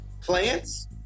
plants